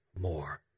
more